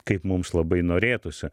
kaip mums labai norėtųsi